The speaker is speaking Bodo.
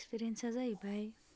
एक्सपिरियेन्सा जाहैबाय